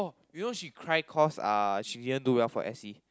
oh you know she cry cause uh she didn't do well for S_E